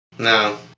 No